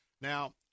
Now